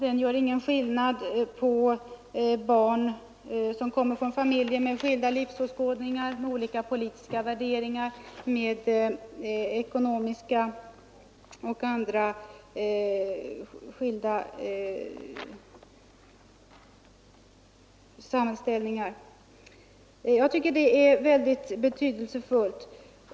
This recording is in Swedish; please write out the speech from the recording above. Den gör ingen skillnad på barn som kommer från familjer med skilda livsåskådningar, med olika politiska meningar, med skilda ekonomiska och andra förhållanden. Det anser jag är mycket betydelsefullt.